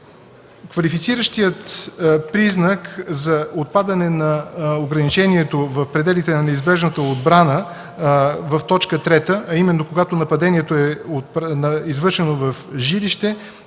Квалифициращият признак за отпадане на ограничението в пределите на неизбежната отбрана в т. 3, а именно когато нападението е извършено в жилище,